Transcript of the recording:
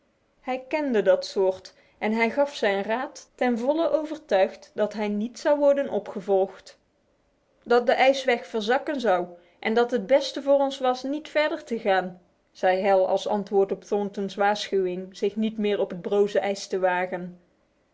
hij kende dat soort en hij gaf zijn raad ten volle overtuigd dat hij niet zou worden opgevolgd ze hebben ons hogerop verteld dat de ijsweg verzakken zou en dat het beste voor ons was niet verder te gaan zei hal als antwoord op thornton's waarschuwing zich niet meer op het broze ijs te wagen